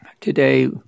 today